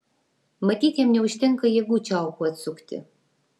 matyt jam neužtenka jėgų čiaupui atsukti